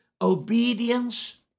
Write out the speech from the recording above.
Obedience